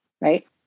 right